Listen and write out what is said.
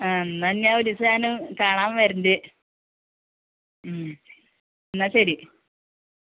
ആ എന്നാൽ ഞാൻ ഒരു ദിവസം കാണാൻ വരുന്നുണ്ട് ഉം എന്നാൽ ശരി